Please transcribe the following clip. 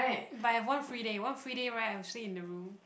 but I have one free day one free day right I'll stay in the room